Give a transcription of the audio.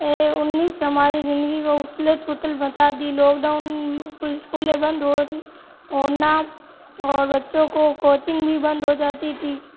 है उन्नीस हमारी ज़िंदगी को उथल पुथल मचा दी लॉकडाउन स्कूल बंद हो होना और बच्चों को कोचिंग भी बंद हो जाती थी